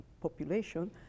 population